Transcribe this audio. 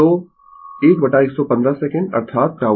तो 1115 सेकंड अर्थात τ